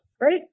right